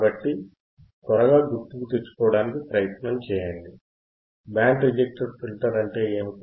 కాబట్టి త్వరగా గుర్తుకు తెచ్చుకోవటానికి ప్రయత్నం చేయండి బ్యాండ్ రిజెక్ట్ ఫిల్టర్ అంటే ఏమిటి